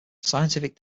scientific